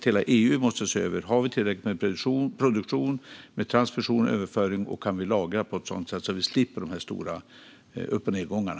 Hela EU måste se över att vi har tillräckligt med produktion och överföring och att vi kan lagra på ett sådant sätt att vi slipper de stora upp och nedgångarna.